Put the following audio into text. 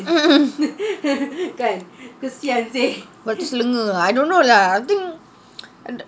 lepas tu selenga I don't know lah I think